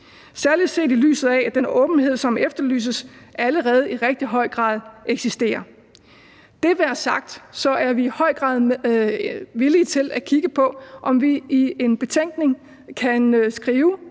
særlig set i lyset af at den åbenhed, som efterlyses, allerede i rigtig høj grad eksisterer. Det være sagt, er vi i høj grad villige til at kigge på, om vi i en betænkning kan skrive